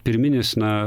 pirminis na